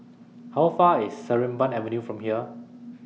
How Far away IS Sarimbun Avenue from here